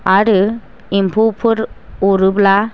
आरो एम्फौफोर अरोब्ला